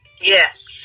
Yes